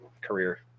career